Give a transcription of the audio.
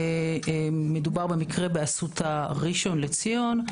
מדובר במקרה באסותא ראשון לציון.